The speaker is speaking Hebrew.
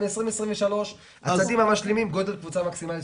וב-2023 הצעדים המשלימים: גודל קבוצה מקסימלי.